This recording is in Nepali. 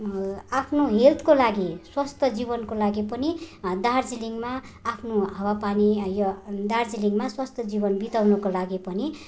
आफ्नो हेल्थको लागि स्वस्थ जीवनको लागि पनि दार्जिलिङमा आफ्नो हावापानी है यो दार्जिलिङमा स्वस्थ जीवन बिताउनुको लागि पनि